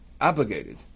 obligated